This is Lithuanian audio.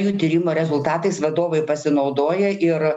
jų tyrimų rezultatais vadovai pasinaudoja ir